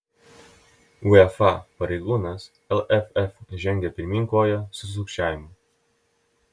uefa pareigūnas lff žengia pirmyn kovoje su sukčiavimu